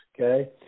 okay